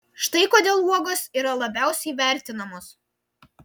štai kodėl uogos yra labiausiai vertinamos